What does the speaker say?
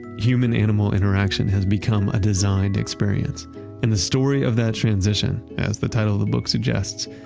human animal interaction has become a designed experience and the story of that transition, as the title of the book suggests,